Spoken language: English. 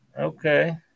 Okay